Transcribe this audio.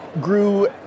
grew